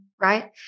Right